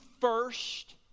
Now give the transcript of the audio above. first